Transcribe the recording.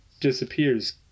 disappears